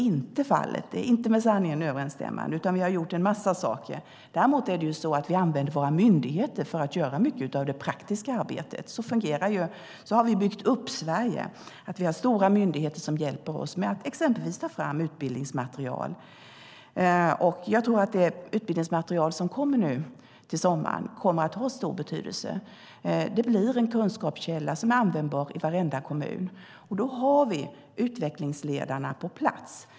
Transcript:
Det vill jag verkligen framhålla. Vi har gjort en massa saker. Däremot är det så att vi använder våra myndigheter för att göra mycket av det praktiska arbetet. Så fungerar det, och så har vi byggt upp Sverige. Vi har stora myndigheter som hjälper oss med att exempelvis ta fram utbildningsmaterial, och jag tror att det utbildningsmaterial som kommer nu till sommaren kommer att ha stor betydelse. Det blir en kunskapskälla som är användbar i varenda kommun, och då har vi utvecklingsledarna på plats.